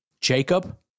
Jacob